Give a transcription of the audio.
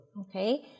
Okay